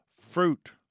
fruit